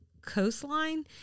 coastline